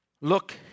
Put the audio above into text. look